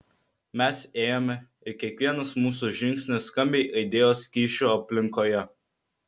mes ėjome ir kiekvienas mūsų žingsnis skambiai aidėjo skysčių aplinkoje